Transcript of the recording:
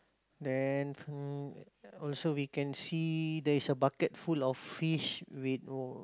then hmm also we can see there is a bucket full of fish with